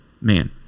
man